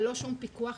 ללא שום פיקוח,